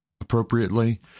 appropriately